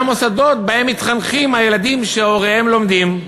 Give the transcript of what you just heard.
מוסדות שבהם מתחנכים הילדים שהוריהם לומדים.